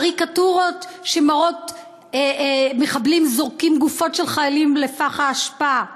קריקטורות שמראות מחבלים זורקים גופות של חיילים לפח האשפה,